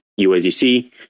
USDC